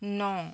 ন